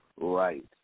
Right